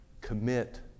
commit